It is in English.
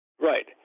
Right